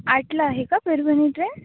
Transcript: आठला आहे का परभणी ट्रेन